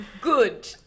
good